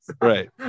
Right